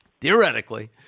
Theoretically